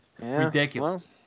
Ridiculous